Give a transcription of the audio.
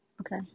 Okay